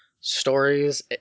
stories